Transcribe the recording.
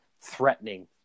threatening